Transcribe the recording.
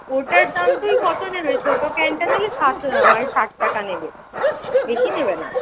ওটার দাম তুই কতো নেবে ছোটো ক্যানটা নিলে সাত মানে ষাট টাকা নেবে বেশি নেবে না